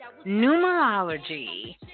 numerology